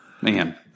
Man